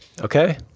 Okay